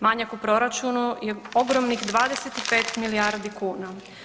Manjak u proračunu je ogromnih 25 milijardi kuna.